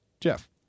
Jeff